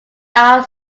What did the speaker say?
our